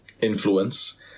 influence